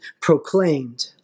proclaimed